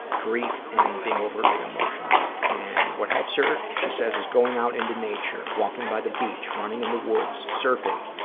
grief, and being overly emotional. and what helps her, she says, is going out into nature, walking by the beach, running in the woods, surfing,